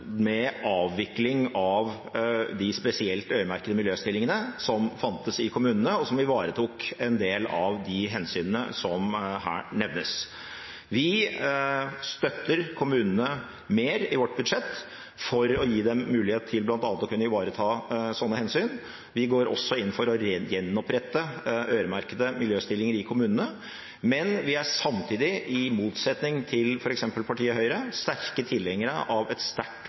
med avvikling av de spesielt øremerkede miljøstillingene som fantes i kommunene, og som ivaretok en del av de hensynene som her nevnes. Vi støtter kommunene mer i vårt budsjett for å gi dem mulighet til bl.a. å kunne ivareta slike hensyn, og vi går inn for å gjenopprette øremerkede miljøstillinger i kommunene. Men samtidig, i motsetning til f.eks. partiet Høyre, er vi sterke tilhengere av et sterkt